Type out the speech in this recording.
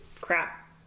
crap